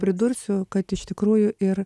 pridursiu kad iš tikrųjų ir